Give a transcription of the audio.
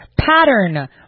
Pattern